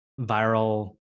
viral